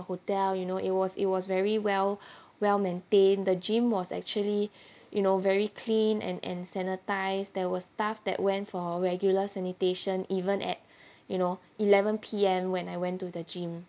hotel you know it was it was very well well-maintained the gym was actually you know very clean and and sanitized there were staff that went for regular sanitation even at you know eleven P_M when I went to the gym